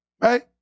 Right